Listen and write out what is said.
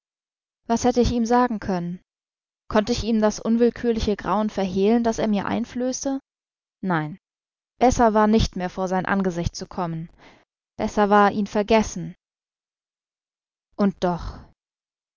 was hätte ich ihm sagen können konnte ich ihm das unwillkürliche grauen verhehlen das er mir einflöße nein besser war nicht mehr vor sein angesicht zu kommen besser war ihn vergessen und doch